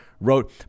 wrote